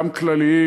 גם כלליים.